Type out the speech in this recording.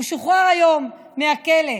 הוא שוחרר היום מהכלא.